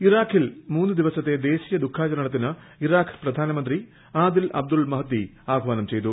ഇറാഖിൽ ദ ദിവസത്തെ ദേശീയ ദുഖാചരണത്തിന് ഇറാഖ് പ്രധാനമന്ത്രി ആദിൽ അബ്ദുൾ മഹ്ദി ആഹാനം ചെയ്തു